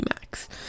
max